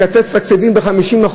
לקצץ תקציבים ב-50%,